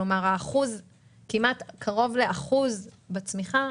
כלומר קרוב לאחוז בצמיחה,